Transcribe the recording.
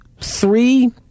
three